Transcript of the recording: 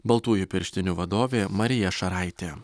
baltųjų pirštinių vadovė marija šaraitė